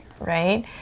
Right